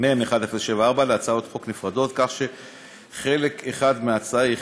אושרה כנדרש בשלוש קריאות, כנוסח הוועדה.